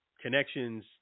connections